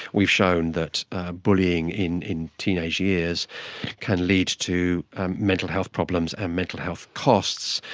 we've shown that bullying in in teenage years can lead to mental health problems and mental health costs,